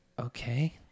okay